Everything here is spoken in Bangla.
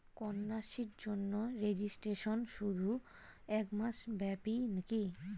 কন্যাশ্রীর জন্য রেজিস্ট্রেশন শুধু এক মাস ব্যাপীই কি?